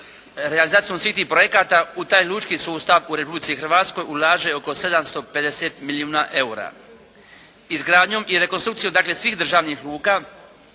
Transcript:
realizacijom svih tih projekata u taj lučki sustav u Republici Hrvatskoj ulaže oko 750 milijuna eura. Izgradnjom i rekonstrukcijom dakle svih državnih luka